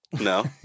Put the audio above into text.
No